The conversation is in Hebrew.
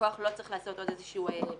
הלקוח לא צריך לעשות עוד איזשהו ביטול.